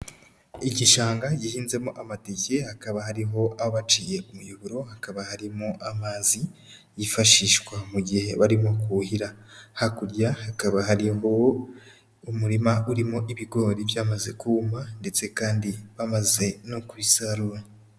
Igishanga gihinzemo amateke, hakaba hariho aho baciye umuyoboro, hakaba harimo amazi yifashishwa mu gihe barimo kuhira. Hakurya hakaba hariho umurima urimo ibigori byamaze kuma ndetse kandi bamaze no kubisarura.